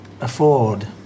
afford